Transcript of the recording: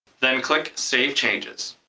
then click save changes.